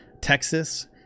Texas